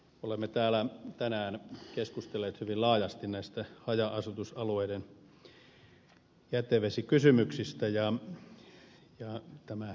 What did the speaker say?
olemme täällä tänään keskustelleet hyvin laajasti näistä haja asustusalueiden jätevesikysymyksistä ja tähän ed